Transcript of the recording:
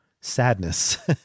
sadness